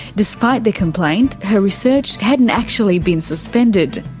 despite the complaint, her research hadn't actually been suspended.